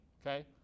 okay